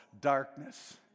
darkness